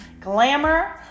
glamour